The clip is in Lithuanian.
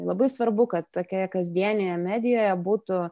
labai svarbu kad tokioje kasdienėje medijoje būtų